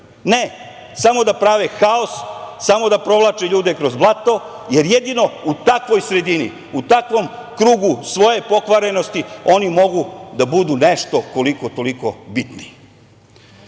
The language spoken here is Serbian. Ne, samo da prave haos, samo da provlače ljude kroz blato, jer jedino u takvoj sredini, u takvom krugu svoje pokvarenosti oni mogu da budu nešto koliko-toliko bitni. Kada